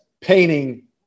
painting